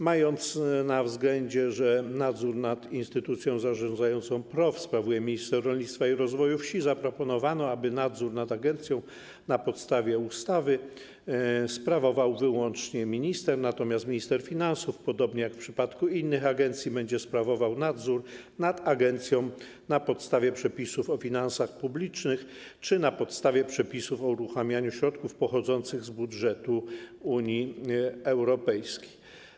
Mając na względzie, że nadzór nad instytucją zarządzającą PROW sprawuje minister rolnictwa i rozwoju wsi, zaproponowano, aby nadzór nad agencją na podstawie ustawy sprawował wyłącznie minister, natomiast minister finansów, podobnie jak w przypadku innych agencji, będzie sprawował nadzór nad agencją na podstawie przepisów o finansach publicznych czy na podstawie przepisów o uruchamianiu środków pochodzących z budżetu Unii Europejskiej.